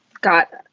got